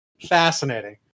Fascinating